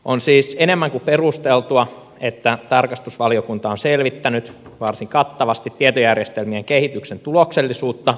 on siis enemmän kuin perusteltua että tarkastusvaliokunta on selvittänyt varsin kattavasti tietojärjestelmien kehityksen tuloksellisuutta